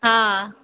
हँ